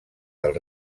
del